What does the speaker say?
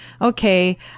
okay